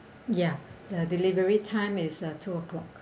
ya the delivery time is uh two o'clock